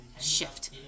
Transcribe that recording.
shift